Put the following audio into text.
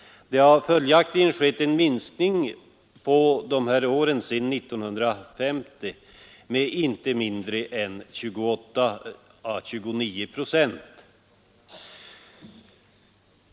Det har följaktligen skett en minskning sedan 1950 med inte mindre än 28 å 29 procent.